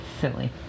Silly